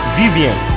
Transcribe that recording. vivian